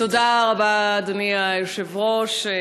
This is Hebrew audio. תודה רבה, אדוני היושב-ראש.